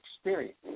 experience